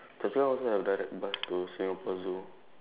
Chua-Chu-Kang also have direct bus to Singapore zoo